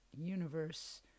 universe